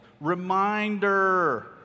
Reminder